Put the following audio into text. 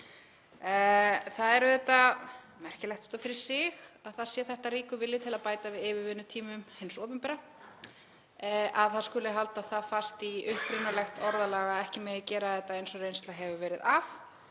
Það er auðvitað merkilegt út af fyrir sig að það sé þetta ríkur vilji til að bæta við yfirvinnutímum hins opinbera að það skuli halda fast í upprunalegt orðalag að ekki megi gera þetta eins og reynsla hefur verið af.